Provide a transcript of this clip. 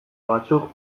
batzuk